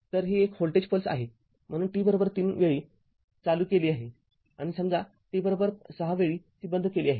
तर ही एक व्होल्टेज पल्स आहे म्हणून t३ वेळी ती चालू केली आहे आणि समजा t६ वेळी ती बंद केली आहे